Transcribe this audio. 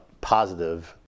positive